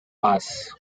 bass